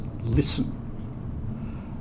listen